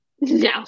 no